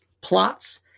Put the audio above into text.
plots